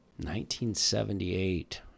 1978